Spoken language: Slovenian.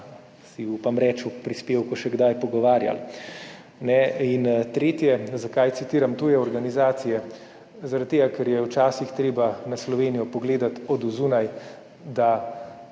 si upam reči, o prispevku še kdaj pogovarjali. Tretje, zakaj citiram tuje organizacije? Zaradi tega, ker je včasih treba na Slovenijo pogledati od zunaj, da